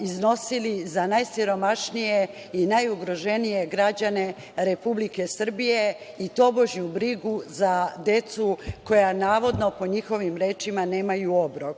iznosili za najsiromašnije i najugroženije građane Republike Srbije i tobožnju brigu za decu koja navodno po njihovim rečima nemaju obrok.